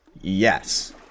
Yes